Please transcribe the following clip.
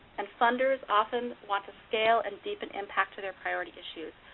and funders often want to scale and deepen impact to their priority issues.